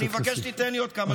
אני מבקש שתיתן לי עוד כמה שניות.